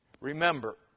Remember